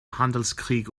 handelskrieg